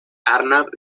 arnav